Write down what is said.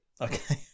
okay